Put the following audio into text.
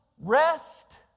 rest